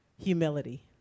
humility